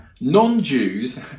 Non-Jews